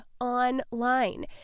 online